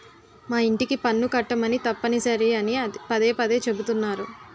మా యింటికి పన్ను కట్టమని తప్పనిసరి అని పదే పదే చెబుతున్నారు